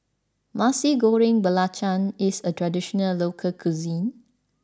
Nasi Goreng Belacan is a traditional local cuisine